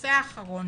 הנושא האחרון